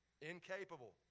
incapable